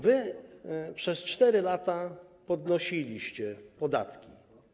Wy przez 4 lata podnosiliście podatki.